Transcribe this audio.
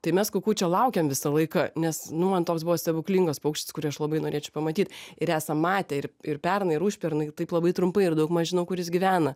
tai mes kukučio laukiam visą laiką nes nu man toks buvo stebuklingas paukštis kurį aš labai norėčiau pamatyt ir esam matę ir ir pernai ir užpernai taip labai trumpai ir daugmaš žinau kur jis gyvena